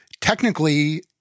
technically